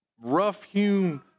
rough-hewn